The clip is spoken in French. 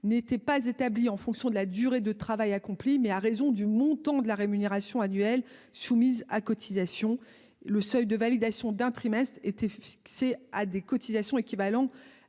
n'était pas établi en fonction de la durée de travail accompli mais à raison du montant de la rémunération annuelle soumises à cotisation le seuil de validation d'un trimestre était fixé à des cotisations équivalant